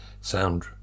sound